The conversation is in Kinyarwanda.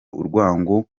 urwango